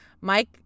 Mike